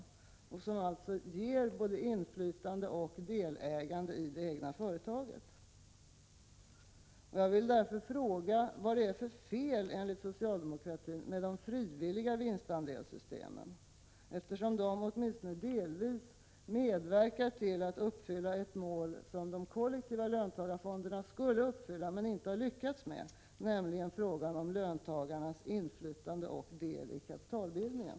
Dessa system ger alltså både inflytande och delägande i det egna företaget. Jag vill därför fråga vad det enligt socialdemokratin är för fel med de frivilliga vinstandelssystemen. Dessa medverkar åtminstone delvis till att uppfylla ett mål som de kollektiva löntagarfonderna skulle uppfylla men inte har lyckats med, nämligen löntagarnas inflytande och del i kapitalbildningen.